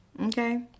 Okay